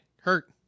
hurt